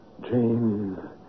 Jane